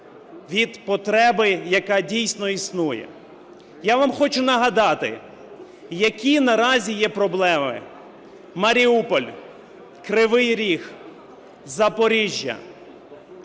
від потреби, яка дійсно існує. Я вам хочу нагадати, які наразі є проблеми: Маріуполь, Кривий Ріг, Запоріжжя.